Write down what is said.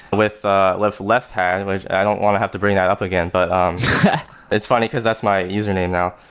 with ah left left pad, which i don't want to have to bring that up again. but um it's funny, because that's my username now.